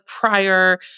prior